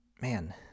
man